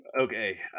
Okay